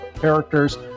characters